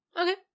Okay